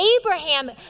Abraham